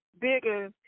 Bigger